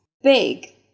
big